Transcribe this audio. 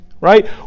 right